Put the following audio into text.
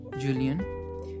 Julian